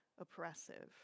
oppressive